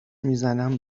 میزنم